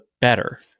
better